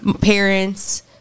parents